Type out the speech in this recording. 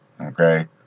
okay